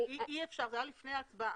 זה היה לפני ההצבעה.